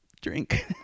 drink